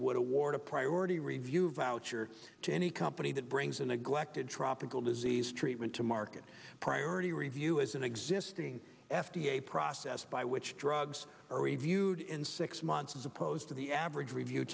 would award a priority review voucher to any company that brings the neglect of tropical disease treatment to market priority review is an existing f d a process by which drugs are reviewed in six months as opposed to the average review